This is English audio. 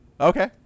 Okay